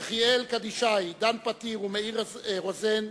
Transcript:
יחיאל קדישאי, דן פתיר ומאיר רוזן,